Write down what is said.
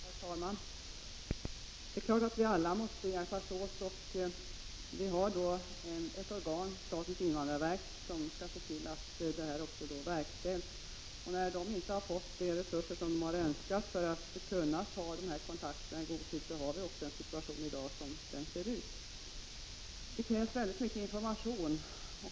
Herr talman! Det är klart att vi alla måste hjälpas åt. Vi har också ett organ, statens invandrarverk, som skall se till att beslutade åtgärder verkställs. Det har inte fått de resurser det önskat för att i god tid kunna ta de kontakter som behövs, och därför har vi också den situation som vi har i dag. Det krävs väldigt mycket av information.